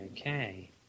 Okay